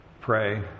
pray